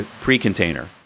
pre-container